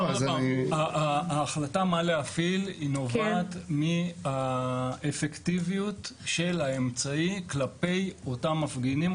ההחלטה מה להפעיל נובעת מהאפקטיביות של האמצעי כלפי אותם מפגינים,